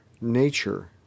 nature